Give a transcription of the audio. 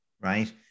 right